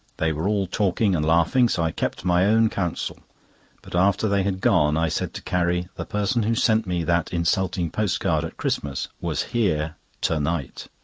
they were all talking and laughing, so i kept my own counsel but, after they had gone, i said to carrie the person who sent me that insulting post-card at christmas was here to-night.